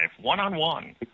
one-on-one